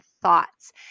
thoughts